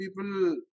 people